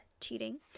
cheating